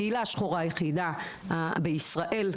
הקהילה השחורה היחידה בישראל,